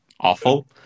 awful